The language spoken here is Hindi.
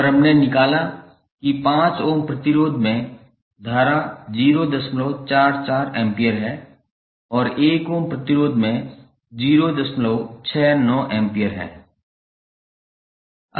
और हमने निकाला कि 5 ओम प्रतिरोध में धारा 044 एम्पीयर है और 1 ओम प्रतिरोध में 069 एम्पीयर है